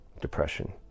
depression